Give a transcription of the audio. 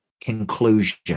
conclusion